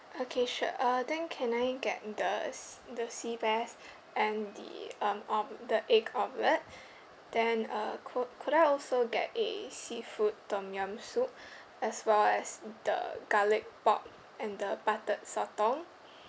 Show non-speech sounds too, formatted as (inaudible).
okay sure uh then can I get the s~ the sea bass (breath) and the um um the egg omelette (breath) then uh could could I also get a seafood tom yum soup (breath) as well as the garlic pork and the buttered sotong